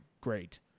great